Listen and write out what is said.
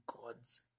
God's